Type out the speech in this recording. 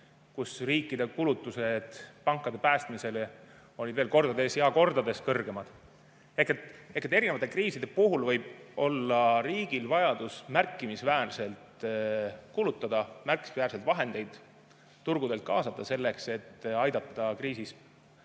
kus riikide kulutused pankade päästmiseks olid veel kordades ja kordades kõrgemad. Ehk erinevate kriiside puhul võib olla riigil vajadus märkimisväärselt kulutada, märkimisväärseid vahendeid turgudelt kaasata selleks, et aidata kriisis